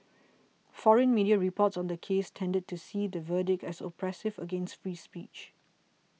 foreign media reports on the case tended to see the verdict as oppressive against free speech